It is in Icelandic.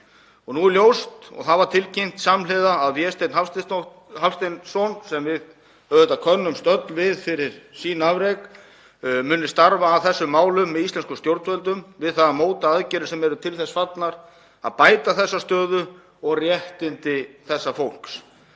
Nú er ljóst, það var tilkynnt samhliða, að Vésteinn Hafsteinsson, sem við könnumst auðvitað öll við fyrir afrek hans, muni starfa að þessum málum með íslenskum stjórnvöldum við það að móta aðgerðir sem eru til þess fallnar að bæta stöðu og réttindi þessa fólks.